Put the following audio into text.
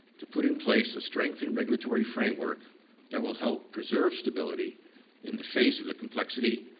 to put in place a strengthened regulatory framework that will help preserve stability in the face of the complexity,